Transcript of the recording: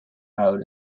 houden